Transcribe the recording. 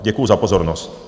Děkuji za pozornost.